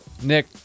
Nick